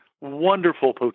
wonderful